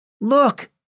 Look